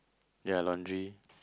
their laundry